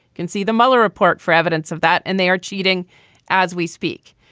can see the mueller report for evidence of that. and they are cheating as we speak.